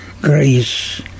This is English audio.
grace